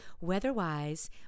weatherwise